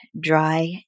Dry